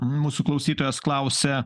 mūsų klausytojas klausia